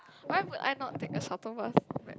why would I not take a shuttle bus back